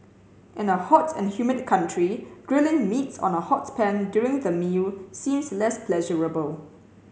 in a hot and humid country grilling meats on a hot pan during the meal seems less pleasurable